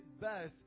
best